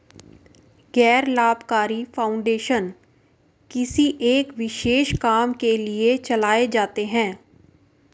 गैर लाभकारी फाउंडेशन किसी एक विशेष काम के लिए चलाए जाते हैं